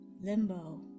Limbo